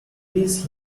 fleece